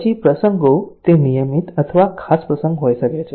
પછી પ્રસંગો તે નિયમિત અથવા ખાસ પ્રસંગ હોઈ શકે છે